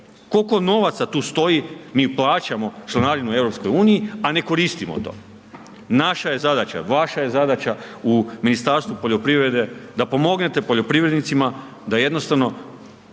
Koliko novaca tu stoji, mi plaćamo članarinu EU-i, a ne koristimo to. Naša je zadaća, vaša je zadaća u Ministarstvu poljoprivrede da pomognete poljoprivrednicima, da jednostavno